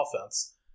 offense